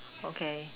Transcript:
okay